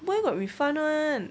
where got refund [one]